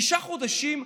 תשעה חודשים,